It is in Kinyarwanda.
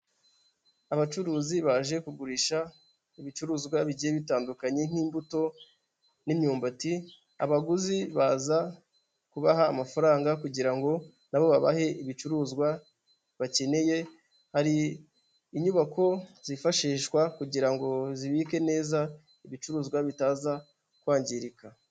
Abacuruzi baje kugurisha ibicuruzwa bigiye bitandukanye nk'imbuto n'imyumbati, abaguzi baza kubaha amafaranga kugira ngo nabo babahe ibicuruzwa bakeneye, hari inyubako zifashishwa kugira ngo zibike neza ibicuruzwa bitaza kwangirika.